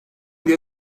diye